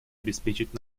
обеспечить